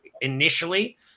initially